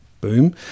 boom